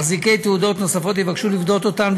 מחזיקי תעודות נוספות יבקשו לפדות אותן,